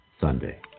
Sunday